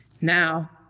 Now